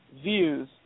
views